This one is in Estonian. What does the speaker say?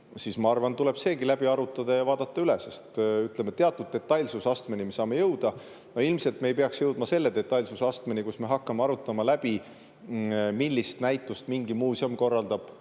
siis ma arvan, et tuleb see läbi arutada ja vaadata üle, sest, ütleme, teatud detailsusastmeni me saame jõuda. Ilmselt me ei peaks jõudma sellise detailsusastmeni, kus me hakkame arutama läbi, millist näitust mingi muuseum korraldab